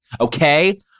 Okay